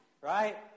right